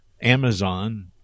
Amazon